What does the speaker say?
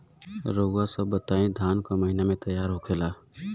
रउआ सभ बताई धान क महीना में तैयार होखेला?